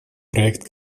проект